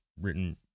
written